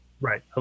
Right